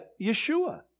Yeshua